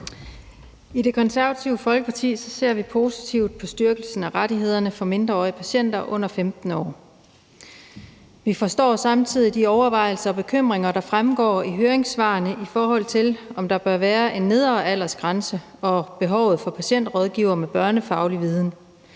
I Det Konservative Folkeparti ser vi positivt på styrkelsen af rettighederne for mindreårige patienter under 15 år. Vi forstår samtidig de overvejelser og bekymringer, der fremgår af høringssvarene, i forhold til om der bør være en nedre aldersgrænse, og i forhold til behovet for en patientrådgiver med børnefaglig viden.